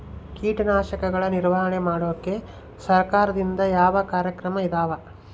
ಕೇಟನಾಶಕಗಳ ನಿಯಂತ್ರಣ ಮಾಡೋಕೆ ಸರಕಾರದಿಂದ ಯಾವ ಕಾರ್ಯಕ್ರಮ ಇದಾವ?